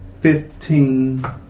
fifteen